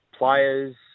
players